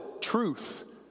truth